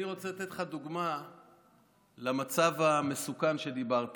אני רוצה לתת לך דוגמה למצב המסוכן שדיברת עליו.